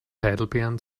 heidelbeeren